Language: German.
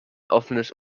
offenes